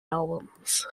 albums